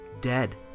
Dead